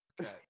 Okay